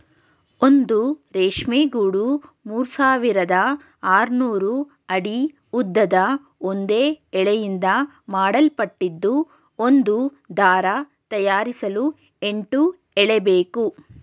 ಒಂದು ರೇಷ್ಮೆ ಗೂಡು ಮೂರ್ಸಾವಿರದ ಆರ್ನೂರು ಅಡಿ ಉದ್ದದ ಒಂದೇ ಎಳೆಯಿಂದ ಮಾಡಲ್ಪಟ್ಟಿದ್ದು ಒಂದು ದಾರ ತಯಾರಿಸಲು ಎಂಟು ಎಳೆಬೇಕು